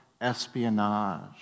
espionage